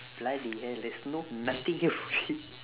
bloody hell there's no nothing here for me